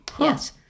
Yes